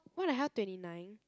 what the hell twenty nine